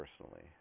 personally